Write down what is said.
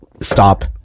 stop